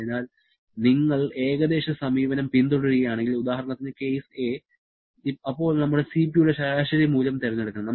അതിനാൽ നിങ്ങൾ ഏകദേശ സമീപനം പിന്തുടരുകയാണെങ്കിൽ ഉദാഹരണത്തിന് കേസ് അപ്പോൾ നമ്മൾ Cp യുടെ ശരാശരി മൂല്യം തിരഞ്ഞെടുക്കണം